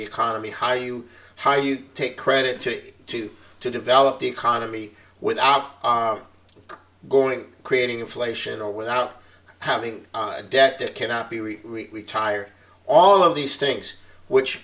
the economy how you how you take credit to it to to develop the economy without going creating inflation all without having a debt that cannot be reached we tire all of these things which